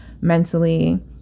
mentally